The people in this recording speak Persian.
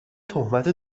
تهمت